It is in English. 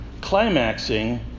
climaxing